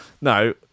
No